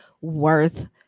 worth